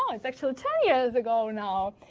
um it's actually ten years ago now.